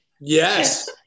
yes